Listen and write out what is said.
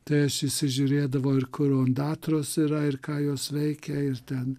tai aš įsižiūrėdavau ir kur ondatros yra ir ką jos veikia ir ten